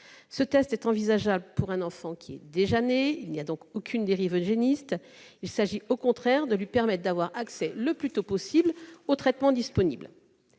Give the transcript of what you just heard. Ce test est envisageable pour un enfant déjà né, il n'y a donc aucune dérive eugénique. Il s'agit, au contraire, de lui permettre d'avoir accès le plus tôt possible aux traitements disponibles.